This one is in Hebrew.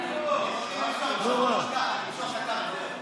אני הערכתי אותו כבן אדם ישר.